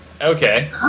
Okay